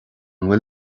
bhfuil